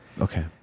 Okay